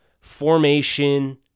formation